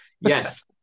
yes